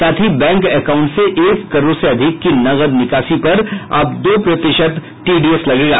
साथ ही bank account से एक करोड़ से अधिक की नकद निकासी पर अब दो प्रतिशत टीडीएस लगेगा